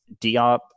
Diop